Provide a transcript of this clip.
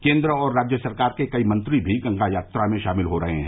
केन्द्र और राज्य सरकार के कई मंत्री भी गंगा यात्रा में शामिल हो रहे हैं